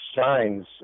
signs